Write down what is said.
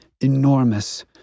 enormous